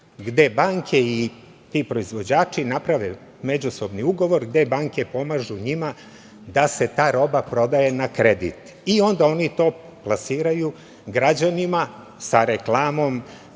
gde banke i ti proizvođači naprave međusobni ugovor gde banke pomažu njima da se ta roba prodaje na kredit i onda oni to plasiraju građanima sa reklamom